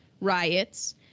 riots